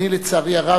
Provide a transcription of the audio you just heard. לצערי הרב,